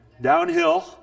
downhill